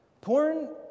Porn